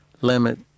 limit